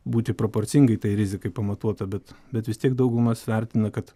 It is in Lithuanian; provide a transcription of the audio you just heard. būti proporcingai tai rizikai pamatuota bet bet vis tiek daugumas vertina kad